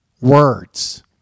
words